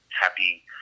happy